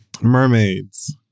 mermaids